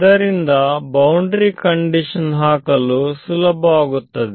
ಇದರಿಂದ boundary condition ಹಾಕಲು ಸುಲಭವಾಗುವುದು